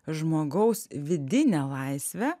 žmogaus vidinę laisvę